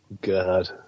God